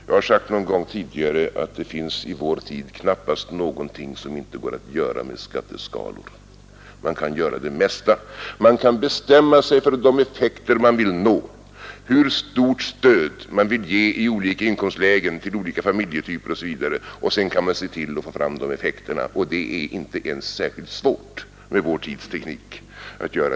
Jag har sagt någon gång tidigare att det i vår tid knappast finns någonting som inte går att göra med skatteskalor; kan göra det mesta. Man kan bestämma sig för de effekter man vill nå och hur stort stöd man vill ge i olika inkomstlägen, till olika familjetyper osv. Sedan kan man se till att man får fram de effekterna. Det är inte ens särskilt svårt med vår tids teknik.